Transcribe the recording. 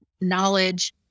knowledge